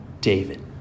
David